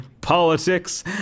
Politics